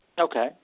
Okay